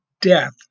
death